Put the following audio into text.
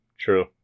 True